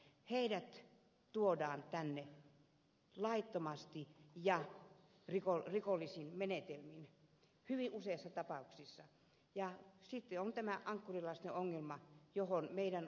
heidät tuodaan tänne laittomasti ja rikollisin menetelmin hyvin useissa tapauksissa ja esitti on tämä ankkurilastenongelma johon meidän